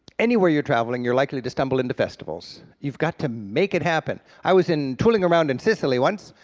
anywhere you're traveling, you're likely to stumble into festivals. you've got to make it happen. i was in tooling around in sicily once,